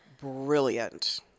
brilliant